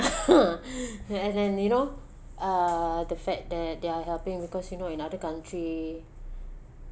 as in you know uh the fact that they are helping because you know in other country